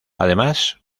además